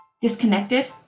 disconnected